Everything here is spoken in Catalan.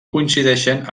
coincideixen